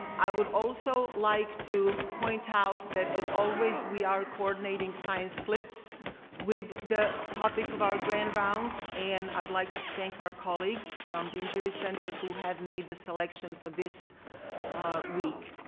i would also like to point out that, as always, we are coordinating slide clips with the topic of our grand rounds and i would like to thank our colleagues from the injury center who have made the selection for this week.